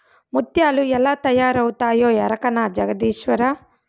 ముత్యాలు ఎలా తయారవుతాయో ఎరకనా జగదీశ్వరా